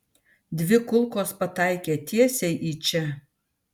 dvi kulkos pataikė tiesiai į čia